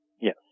Yes